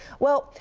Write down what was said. well,